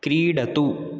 क्रीडतु